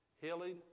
healing